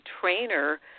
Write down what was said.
trainer